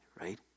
right